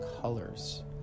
colors